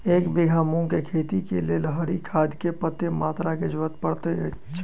एक बीघा मूंग केँ खेती केँ लेल हरी खाद केँ कत्ते मात्रा केँ जरूरत पड़तै अछि?